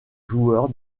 joueur